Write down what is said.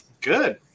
Good